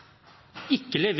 ikkje